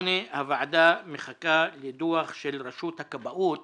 הוועדה מחכה לדוח של רשות הכבאות